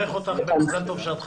אני יכול לברך אותך במזל טוב שאת חברה?